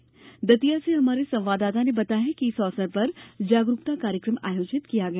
राज्य दतिया से हमारे संवाददाता ने बताया कि इस अवसर पर जागरूकता कार्यक्रम आयोजित किया गया